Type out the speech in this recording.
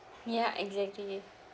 ya exactly